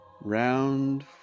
Round